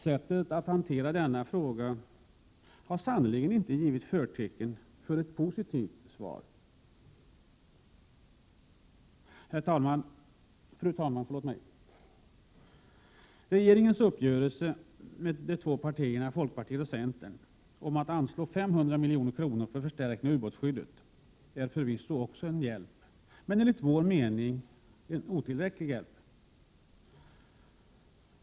Sättet att hantera denna fråga har sannerligen inte givit förtecken för ett positivt svar. Fru talman! Regeringens uppgörelse med folkpartiet och centern om att anslå 500 milj.kr. för förstärkning av ubåtsskyddet är förvisso också det en hjälp men, enligt vår mening, en otillräcklig hjälp.